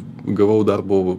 gavau darbo